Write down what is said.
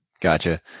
Gotcha